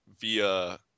via